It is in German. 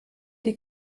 die